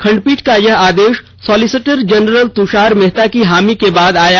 खंडपीठ का यह आदेश सॉलिसिटर जनरल तुषार मेहता की हामी के बाद आया